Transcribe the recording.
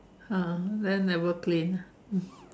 !huh! then never clean ah